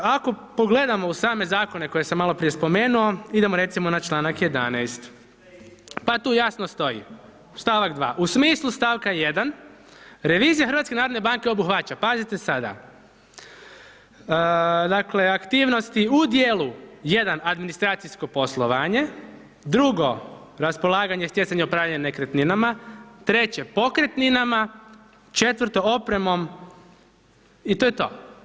Ako pogledamo u same zakone koje sam maloprije spomenuo, idemo recimo na članak 11. pa tu jasno stoji, stavak 2., u smislu stavka 1. revizija HNB-a obuhvaća pazite sada, dakle aktivnosti u dijelu 1. administracijsko poslovanje, 2. raspolaganje stjecanja upravljanja nekretninama, 3. pokretninama, 4. opremom i to je to.